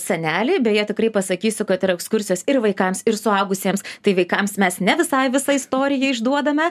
senelį beje tikrai pasakysiu kad ir ekskursijos ir vaikams ir suaugusiems tai vaikams mes ne visai visą istoriją išduodame